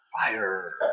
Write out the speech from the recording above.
fire